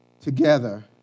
together